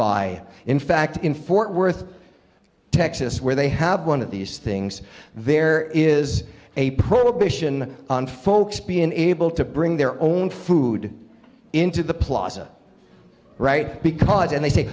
buy in fact in fort worth texas where they have one of these things there is a prohibition on folks being able to bring their own food into the plaza right because and they say